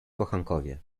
kochankowie